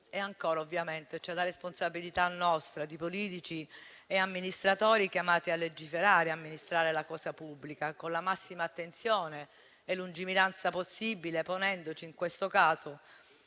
ancora, chiaramente la responsabilità di noi politici e amministratori chiamati a legiferare e amministrare la cosa pubblica con la massima attenzione e lungimiranza possibile, ponendoci in questo caso